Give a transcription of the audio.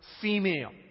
female